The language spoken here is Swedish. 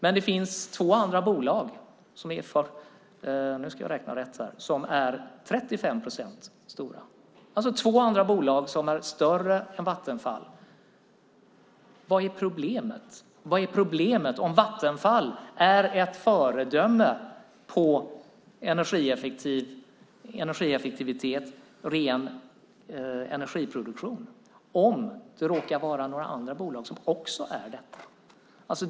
Men det finns två andra bolag som har 35 procent av marknaden. Det är alltså två andra bolag som är större än Vattenfall. Vad är problemet? Vad är problemet om Vattenfall är ett föredöme på energieffektivitet och ren energiproduktion och om det råkar vara några andra bolag som också är det?